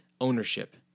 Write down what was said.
ownership